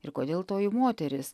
ir kodėl toji moteris